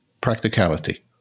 practicality